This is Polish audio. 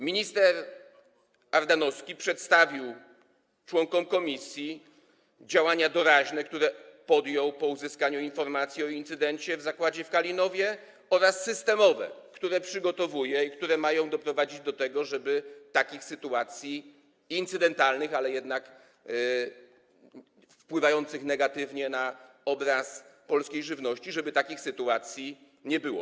Minister Ardanowski przedstawił członkom komisji działania doraźne, które podjął po uzyskaniu informacji o incydencie w zakładzie w Kalinowie, oraz systemowe, które przygotowuje i które mają doprowadzić do tego, żeby takich sytuacji incydentalnych, ale jednak wpływających negatywnie na obraz polskiej żywności, nie było.